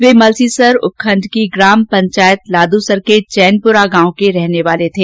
वे मलसीसर उपखंड की ग्राम पंचायत लादूसर के चैनपुरा गांव के रहने वाले थे